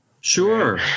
Sure